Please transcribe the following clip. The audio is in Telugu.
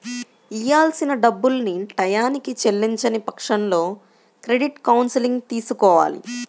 ఇయ్యాల్సిన డబ్బుల్ని టైయ్యానికి చెల్లించని పక్షంలో క్రెడిట్ కౌన్సిలింగ్ తీసుకోవాలి